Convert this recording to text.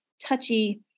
touchy